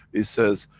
it says,